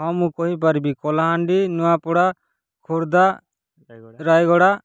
ହଁ ମୁଁ କହିପାରିବି କଳାହାଣ୍ଡି ନୂଆପଡ଼ା ଖୋର୍ଦ୍ଧା ରାୟଗଡ଼ା